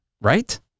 Right